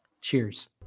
Cheers